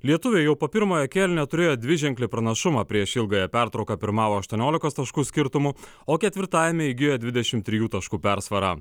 lietuviai jau po pirmojo kėlinio turėjo dviženklį pranašumą prieš ilgąją pertrauką pirmavo aštuoniolikos taškų skirtumu o ketvirtajame įgijo dvidešimt trijų taškų persvarą